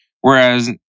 whereas